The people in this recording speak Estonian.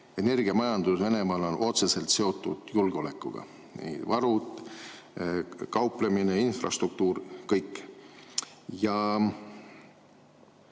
Energiamajandus Venemaal on otseselt seotud julgeolekuga – nii varud, kauplemine, infrastruktuur, kõik. See